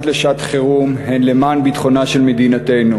לשעת-חירום הן למען ביטחונה של מדינתנו,